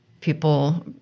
people